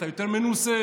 אתה יותר מנוסה,